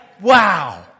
wow